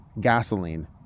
gasoline